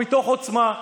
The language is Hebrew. מתוך עוצמה,